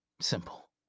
simple